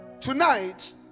tonight